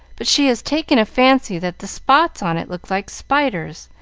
but she has taken a fancy that the spots on it look like spiders,